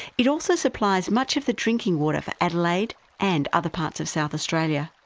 it also supplies much of the drinking water for adelaide and other parts of south australia.